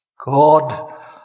God